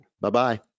Bye-bye